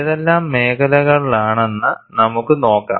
ഏതെല്ലാം മേഖലകളാണെന്ന് നമുക്ക് നോക്കാം